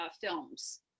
films